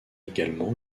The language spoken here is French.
également